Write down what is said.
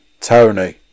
Tony